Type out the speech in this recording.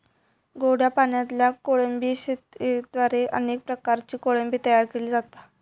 गोड्या पाणयातल्या कोळंबी शेतयेद्वारे अनेक प्रकारची कोळंबी तयार केली जाता